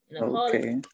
Okay